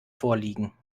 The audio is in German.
vorliegen